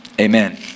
amen